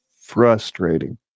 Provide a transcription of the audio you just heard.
frustrating